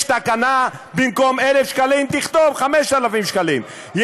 יש תקנה, במקום 1,000 שקלים תכתוב 5,000 שקלים.